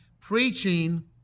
Preaching